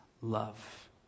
love